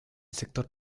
sector